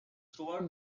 throughout